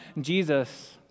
Jesus